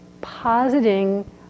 positing